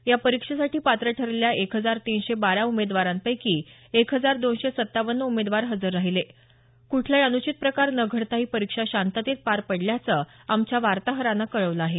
या परीक्षेसाठी पात्र ठरलेल्या एक हजार तीनशे बारा उमेदवारांपैकी एक हजार दोनशे सत्तावन्न उमेदवार हजर राहिले कुठलाही अनुचित प्रकार न घडता ही परीक्षा शांततेत पार पडल्याचं आमच्या वार्ताहरानं कळवलं आहे